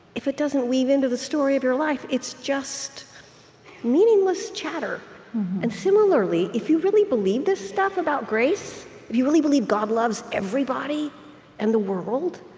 if it doesn't weave into the story of your life, it's just meaningless chatter and similarly, if you really believe this stuff about grace, if you really believe god loves everybody and the world,